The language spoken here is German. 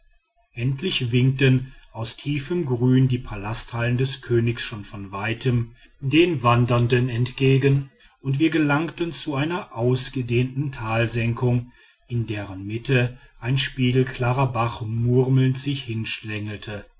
endlich winkten aus tiefem grün die palasthallen des königs schon von weitem den wandernden entgegen und wir gelangten zu einer ausgedehnten talsenkung in deren mitte ein spiegelklarer bach murmelnd sich